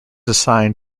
assigned